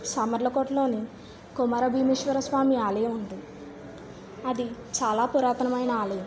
సామర్లకోటలోని కుమార భీమేశ్వర స్వామి ఆలయం అది చాలా పురాతనమైన ఆలయం